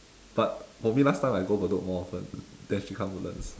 but for me last time I go bedok more often then she come woodlands